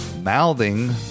mouthing